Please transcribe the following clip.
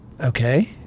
Okay